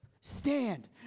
stand